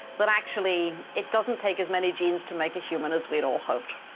but actually, it doesn't take as many genes to make a human as we had all hoped.